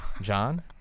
John